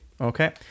okay